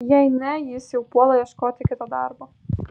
jei ne jis jau puola ieškoti kito darbo